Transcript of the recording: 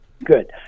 good